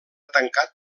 tancat